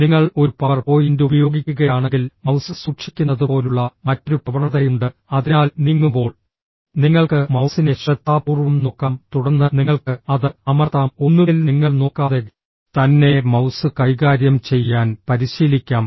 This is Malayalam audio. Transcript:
നിങ്ങൾ ഒരു പവർ പോയിന്റ് ഉപയോഗിക്കുകയാണെങ്കിൽ മൌസ് സൂക്ഷിക്കുന്നതുപോലുള്ള മറ്റൊരു പ്രവണതയുണ്ട് അതിനാൽ നീങ്ങുമ്പോൾ നിങ്ങൾക്ക് മൌസിനെ ശ്രദ്ധാപൂർവ്വം നോക്കാം തുടർന്ന് നിങ്ങൾക്ക് അത് അമർത്താം ഒന്നുകിൽ നിങ്ങൾ നോക്കാതെ തന്നെ മൌസ് കൈകാര്യം ചെയ്യാൻ പരിശീലിക്കാം